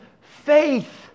faith